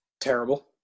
Terrible